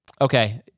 okay